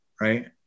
Right